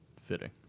fitting